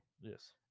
Yes